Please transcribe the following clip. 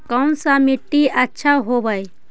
कोन सा मिट्टी अच्छा होबहय?